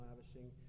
lavishing